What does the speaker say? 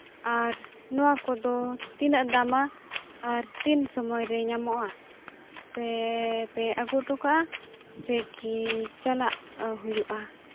ᱟᱨ ᱱᱚᱣᱟ ᱠᱚᱫᱚ ᱛᱤᱱᱟᱹᱜ ᱫᱟᱢᱟ ᱟᱨ ᱛᱤᱱ ᱥᱚᱢᱚᱭ ᱨᱮ ᱧᱟᱢᱚᱜᱼᱟ ᱥᱮ ᱯᱮ ᱟᱹᱜᱩ ᱦᱚᱴᱚ ᱠᱟᱜᱼᱟ ᱥᱮ ᱠᱤ ᱪᱟᱞᱟᱜ ᱦᱩᱭᱩᱜᱼᱟ